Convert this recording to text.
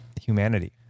humanity